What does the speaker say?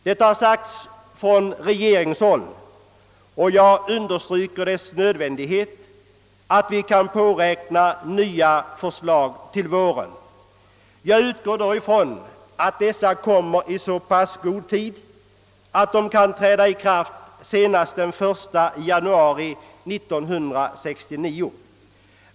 Detta har sagts från regeringshåll, och jag understryker nödvändigheten av att nya förslag läggs fram till våren. Jag utgår då från att de läggs fram i så god tid att de nya bestämmelserna kan träda i kraft senast den 1 januari 1969.